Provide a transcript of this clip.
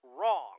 wrong